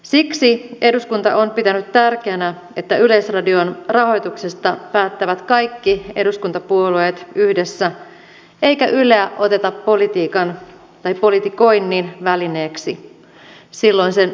siksi eduskunta on pitänyt tärkeänä että yleisradion rahoituksesta päättävät kaikki eduskuntapuolueet yhdessä eikä yleä oteta politiikan tai politikoinnin välineeksi sillä silloin sen riippumattomuus kärsisi